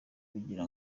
kugira